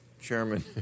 Chairman